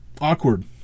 awkward